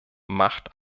macht